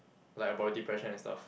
like about depression and stuff